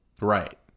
Right